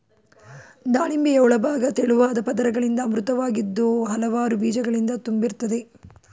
ದಾಳಿಂಬೆಯ ಒಳಭಾಗ ತೆಳುವಾದ ಪದರಗಳಿಂದ ಆವೃತವಾಗಿದ್ದು ಹಲವಾರು ಬೀಜಗಳಿಂದ ತುಂಬಿರ್ತದೆ